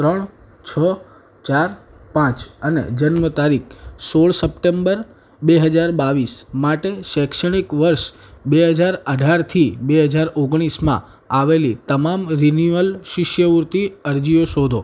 ત્રણ છ ચાર પાંચ અને જન્મ તારીખ સોળ સપ્ટેમ્બર બે હજાર બાવીસ માટે શૈક્ષણિક વર્ષ બે હજાર અઢારથી બે હજાર ઓગણીસમાં આવેલી તમામ રિન્યુઅલ શિષ્યવૃત્તિ અરજીઓ શોધો